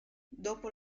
dopo